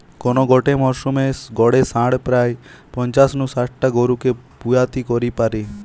কোন গটে মরসুমে গটে ষাঁড় প্রায় পঞ্চাশ নু শাট টা গরুকে পুয়াতি করি পারে